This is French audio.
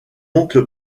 oncle